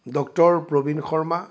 doctor Prabin Sharma